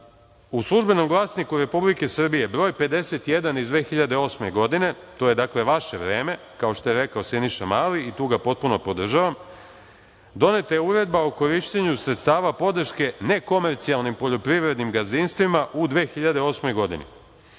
Službenom glasniku Republike Srbija br. 51 iz 2008. godine, to je dakle vaše vreme, kao što je rekao Siniša Mali i tu ga potpuno podržavam, doneta je Uredba o korišćenju sredstava podrške nekomercijalnim poljoprivrednim gazdinstvima u 2008. godini.